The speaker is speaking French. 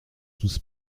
tous